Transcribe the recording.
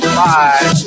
five